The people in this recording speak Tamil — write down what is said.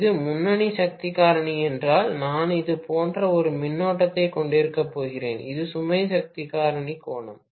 இது முன்னணி சக்தி காரணி என்றால் நான் இது போன்ற ஒரு மின்னோட்டத்தை கொண்டிருக்கப்போகிறேன் இது சுமை சக்தி காரணி கோணம்